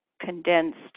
condensed